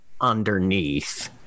underneath